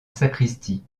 sacristie